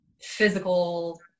physical